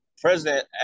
President